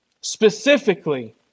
Specifically